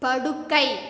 படுக்கை